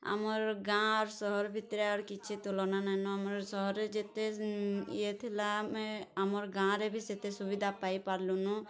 ଆମର୍ ଗାଁ ଆର୍ ସହର୍ ଭିତ୍ରେ ଆର୍ କିଛି ତୁଲନା ନାଇଁନ ଆମର୍ ସହର୍ରେ ଯେତେ ଇଏ ଥିଲା ଆମେ ଆମର୍ ଗାଁରେ ବି ସେତେ ସୁବିଧା ପାଇପାର୍ଲୁନ